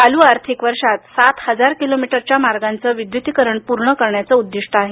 चालू आर्थिक वर्षात सात हजार किलोमीटर अंतराचं विद्युतीकरण पूर्ण करण्याचं उद्दीष्ट आहे